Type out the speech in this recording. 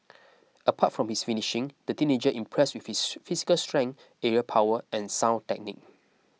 apart from his finishing the teenager impressed with his physical strength aerial power and sound technique